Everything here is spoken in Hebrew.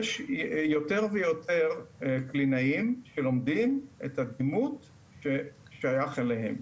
יש יותר ויותר קלינאים שלומדים את הדימות ששייך אליהם.